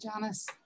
Janice